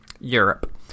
Europe